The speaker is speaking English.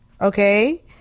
Okay